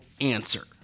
answer